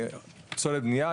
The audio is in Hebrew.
פסולת בנייה,